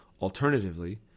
Alternatively